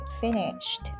finished